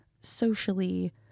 socially